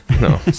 no